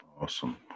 awesome